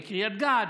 בקריית גת,